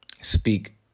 speak